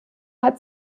hat